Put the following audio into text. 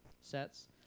sets